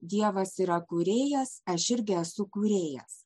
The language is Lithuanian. dievas yra kūrėjas aš irgi esu kūrėjas